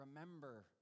remember